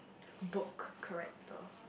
book character